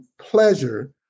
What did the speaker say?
pleasure